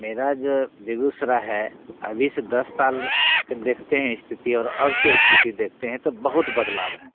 मेरा जो बेगूसराय है अभी से दस साल की देखते हैं स्थिति अब की स्थिति देखते हैं बहुत बदलाव है